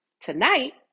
tonight